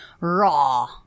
raw